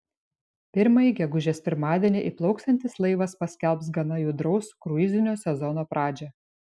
pirmąjį gegužės pirmadienį įplauksiantis laivas paskelbs gana judraus kruizinio sezono pradžią